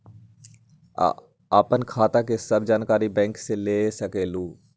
आपन खाता के सब जानकारी बैंक से ले सकेलु?